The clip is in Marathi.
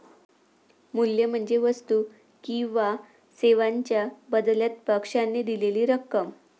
मूल्य म्हणजे वस्तू किंवा सेवांच्या बदल्यात पक्षाने दिलेली रक्कम